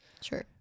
Sure